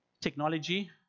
technology